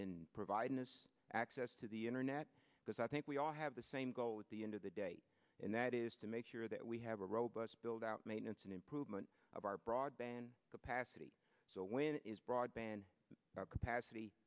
in providing access to the internet because i think we all have the same goal at the end of the day and that is to make sure that we have a robust build out maintenance and improvement of our broadband capacity so when is broadband capacity